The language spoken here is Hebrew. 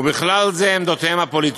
ובכלל זה עמדותיהם הפוליטיות.